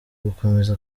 gukomeza